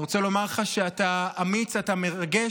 אני רוצה לומר לך שאתה אמיץ, אתה מרגש,